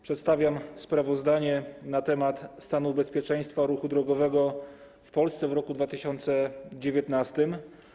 Przedstawiam sprawozdanie na temat stanu bezpieczeństwa ruchu drogowego w Polsce w roku 2019.